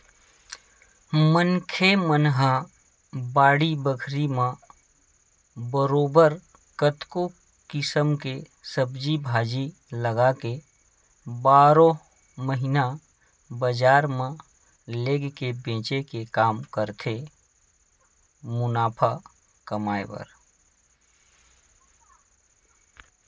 मनखे मन ह बाड़ी बखरी म बरोबर कतको किसम के सब्जी भाजी लगाके बारहो महिना बजार म लेग के बेंचे के काम करथे मुनाफा कमाए बर